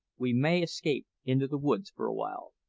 we may escape into the woods for a while.